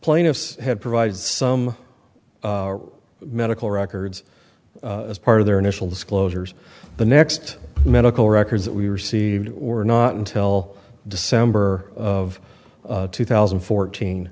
plaintiffs had provided some medical records as part of their initial disclosures the next medical records that we received were not until december of two thousand and fourteen